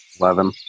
Eleven